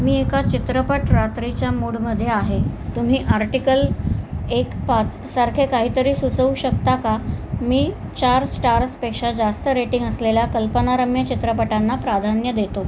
मी एका चित्रपट रात्रीच्या मूडमध्ये आहे तुम्ही आर्टिकल एक पाचसारखे काहीतरी सुचवू शकता का मी चार स्टार्सपेक्षा जास्त रेटिंग असलेल्या कल्पनारम्य चित्रपटांना प्राधान्य देतो